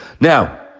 Now